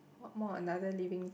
what more another living thing